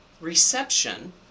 reception